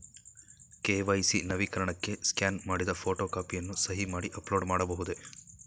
KYC ನವೀಕರಣಕ್ಕೆ scan ಮಾಡಿದ photo ಕಾಪಿಯನ್ನು ಸಹಿ ಮಾಡಿ ಅಪ್ಲೋಡ್ ಮಾಡಬಹುದೇ?